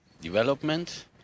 Development